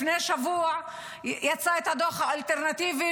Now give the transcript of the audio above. לפני שבוע יצא הדוח האלטרנטיבי,